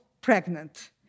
pregnant